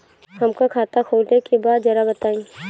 हमका खाता खोले के बा जरा बताई?